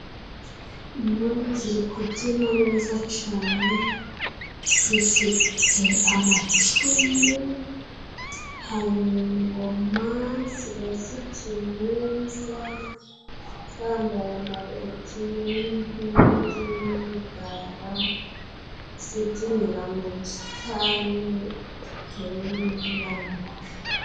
Inkoni ziri kubyina neza cane zifite amacumu， hari ingoma，ziba zibyina neza， zambaye amayogi，inkindi n'imigara， zibyinira mu busitani buteyemo indabo.